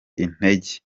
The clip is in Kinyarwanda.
intege